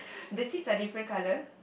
the seats are different color